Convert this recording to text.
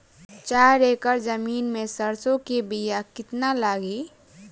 चार एकड़ जमीन में सरसों के बीया कितना लागी?